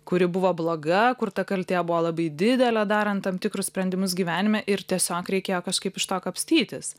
kuri buvo bloga kur ta kaltė buvo labai didelė darant tam tikrus sprendimus gyvenime ir tiesiog reikėjo kažkaip iš to kapstytis